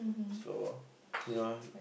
so you know